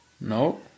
No